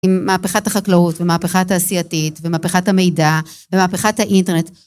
עם מהפכת החקלאות, והמהפכת התעשייתית, ומהפכת המידע, ומהפכת האינטרנט